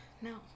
No